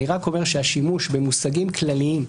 אני רק אומר שהשימוש במושגים כלליים,